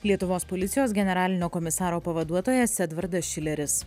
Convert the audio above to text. lietuvos policijos generalinio komisaro pavaduotojas edvardas šileris